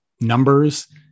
numbers